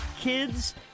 kids